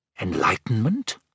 Enlightenment